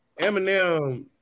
Eminem